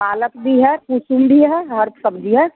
पालक भी है कुसुम भी है हर सब्जी है